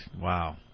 wow